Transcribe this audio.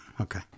Okay